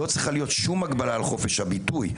לא צריכה להיות שום הגבלה על חופש הביטוי.